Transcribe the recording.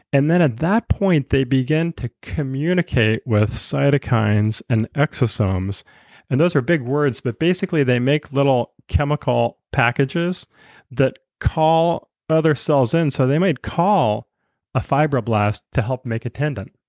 and then at that point they begin to communicate to cytokines and exosomes and those are big words but basically they make little chemical packages that call other cells in. so they might call a fibroblast to help make a tendon.